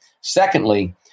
Secondly